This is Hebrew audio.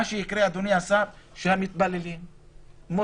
מה שיקרה זה שהמתפללים מוסלמים,